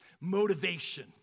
motivation